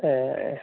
ए